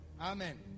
amen